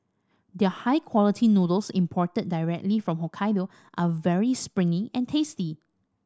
their high quality noodles imported directly from Hokkaido are very springy and tasty